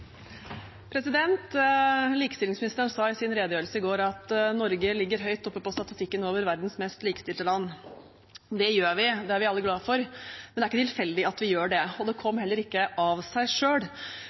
Likestillingsministeren sa i sin redegjørelse i går at Norge ligger høyt oppe på statistikken over verdens mest likestilte land. Det gjør vi, det er vi alle glad for, men det er ikke tilfeldig at vi gjør det, og det kom